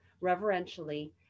reverentially